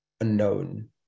unknown